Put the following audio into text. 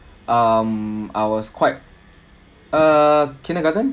um I was quite err kindergarten